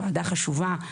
ועדה חשובה,